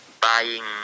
buying